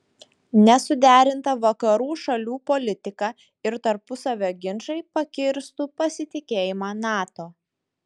nesuderinta vakarų šalių politika ir tarpusavio ginčai pakirstų pasitikėjimą nato